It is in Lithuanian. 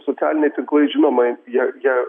socialiniai tinklai žinoma jie jie